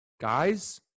guys